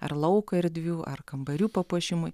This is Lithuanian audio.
ar lauko erdvių ar kambarių papuošimui